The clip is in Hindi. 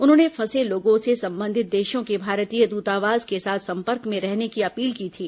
उन्होंने फंसे लोगों से संबंधित देषों के भारतीय द्रतावास के साथ संपर्क में रहने की अपील की थी